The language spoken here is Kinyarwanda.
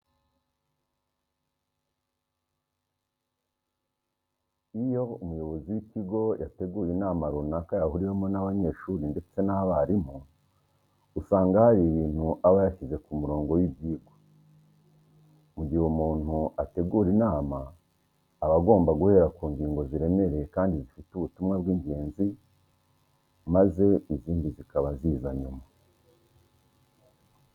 Iyo umuyobozi w'ikigo yateguye inama runaka yahuriwemo n'abanyeshuri ndetse n'abarimu, usanga hari ibintu aba yashyize ku murongo w'ibyigwa. Mu gihe umuntu ategura inama aba agomba guhera ku ngingo ziremereye kandi zifite ubutumwa bw'ingenzi maze izindi zikaba ziza nyuma.